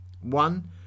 One